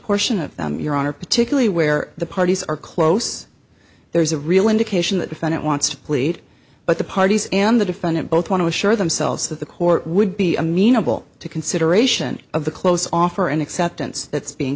portion of your honor particularly where the parties are close there is a real indication that defendant wants to plead but the parties and the defendant both want to assure themselves that the court would be amenable to consideration of the close offer and acceptance that's being